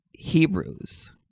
Hebrews